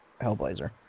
Hellblazer